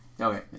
Okay